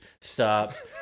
stops